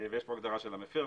ויש פה הגדרה של "מפר",